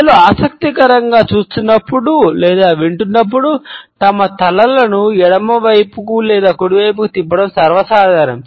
ప్రజలు ఆసక్తికరంగా చూస్తున్నప్పుడు లేదా వింటున్నప్పుడు తమ తలలను ఎడమ వైపుకు లేదా కుడి వైపుకు తిప్పడం సర్వసాధారణం